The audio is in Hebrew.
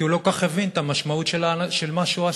כי הוא לא כל כך הבין את המשמעות של מה שהוא עשה.